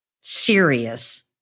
serious